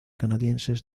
canadienses